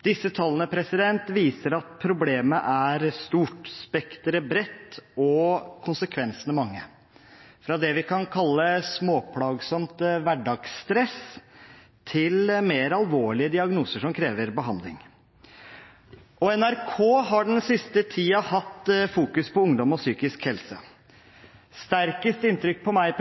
Disse tallene viser at problemet er stort, spekteret bredt og konsekvensene mange, fra det vi kan kalle småplagsomt hverdagsstress til mer alvorlige diagnoser som krever behandling. NRK har den siste tiden hatt fokus på ungdom og psykisk helse. Sterkest inntrykk på meg